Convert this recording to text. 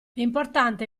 importante